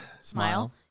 Smile